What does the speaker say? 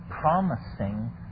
promising